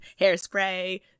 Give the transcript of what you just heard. Hairspray